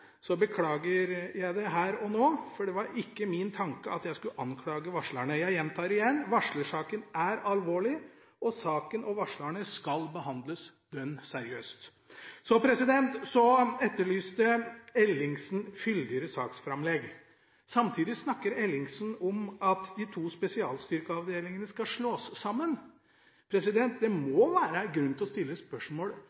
så gjorde, beklager jeg det her og nå, for det var ikke min tanke at jeg skulle anklage varslerne. Jeg gjentar igjen: Varslersaken er alvorlig, og saken og varslerne skal behandles dønn seriøst. Representanten Ellingsen etterlyste fyldigere saksframlegg. Samtidig snakker han om at de to spesialstyrkeavdelingene skal slås sammen. Det